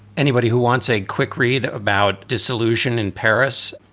anybody who wants a quick read about disillusion in paris.